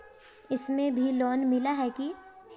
इसमें भी लोन मिला है की